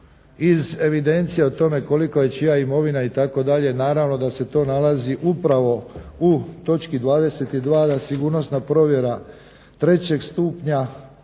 iz evidencije o tome kolika je čija imovina itd. naravno da se to nalazi upravo u točki 22 da sigurnosna provjera trećeg stupnja